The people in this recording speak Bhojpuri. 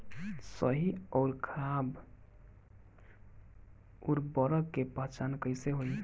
सही अउर खराब उर्बरक के पहचान कैसे होई?